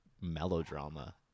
melodrama